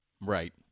Right